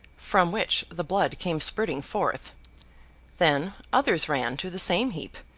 from which the blood came spurting forth then, others ran to the same heap,